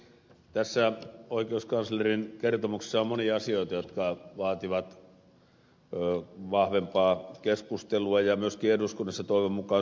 tässä oikeuskanslerin kertomuksessa on monia asioita jotka vaativat vahvempaa keskustelua ja myöskin eduskunnassa toivon mukaan syventymistä